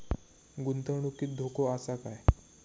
गुंतवणुकीत धोको आसा काय?